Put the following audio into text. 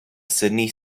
sidney